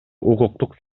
укуктук